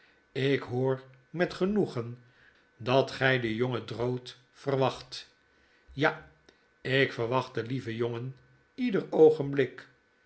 ik hoor met genoegen dat gy den jongen drood verwacht ja ik verwacht den lieven jongen ieder oogenblik